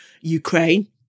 Ukraine